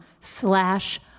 slash